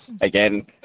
again –